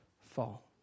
fall